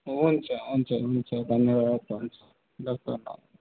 हुन्छ हुन्छ हुन्छ धन्यवाद हुन्छ ल त